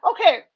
Okay